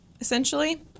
essentially